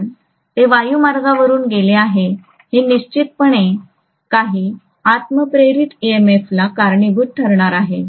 कारण ते वायुमार्गावरुन गेले आहे हे निश्चितपणे काही आत्म प्रेरित ईएमएफला कारणीभूत ठरणार आहे